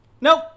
Nope